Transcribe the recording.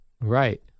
right